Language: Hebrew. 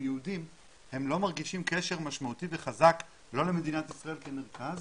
יהודים לא מרגישים קשר משמעותי וחזק לא למדינת ישראל כמרכז